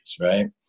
right